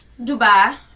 Dubai